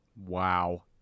Wow